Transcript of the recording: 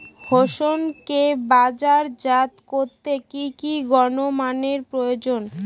হোসেনকে বাজারজাত করতে কি কি গুণমানের প্রয়োজন?